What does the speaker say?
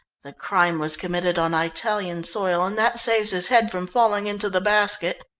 the crime was committed on italian soil and that saves his head from falling into the basket.